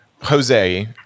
Jose